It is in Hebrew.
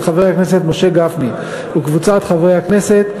של חבר הכנסת משה גפני וקבוצת חברי הכנסת,